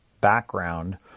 background